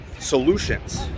solutions